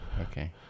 okay